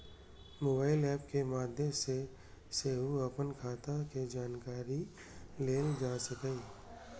mobile app के माध्य सं सेहो अपन खाता के जानकारी लेल जा सकैए